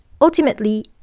Ultimately